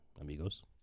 Amigos